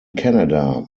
canada